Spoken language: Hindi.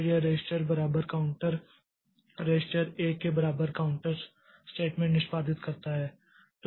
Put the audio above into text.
तो यह रजिस्टर बराबर काउंटर रजिस्टर 1 के बराबर काउंटर स्टेटमेंट निष्पादित करता है